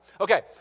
Okay